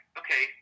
okay